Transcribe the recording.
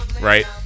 right